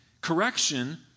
Correction